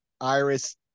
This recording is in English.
iris